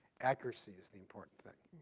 accuracy is the important thing.